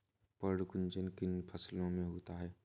पर्ण कुंचन किन फसलों में होता है?